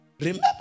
remember